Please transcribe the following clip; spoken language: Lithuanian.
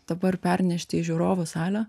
dabar pernešti į žiūrovų salę